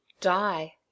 Die